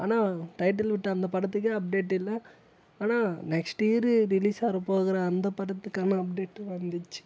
ஆனால் டைட்டில் விட்ட அந்த படத்துக்கே அப்டேட் இல்லை ஆனால் நெக்ஸ்ட் இயரு ரிலீஸ் ஆர போகிற அந்த படத்துக்கான அப்டேட்டும் வந்துச்சு